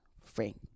Frank